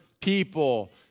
people